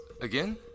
Again